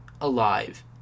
alive